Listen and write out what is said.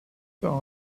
par